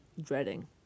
dreading